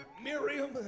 Miriam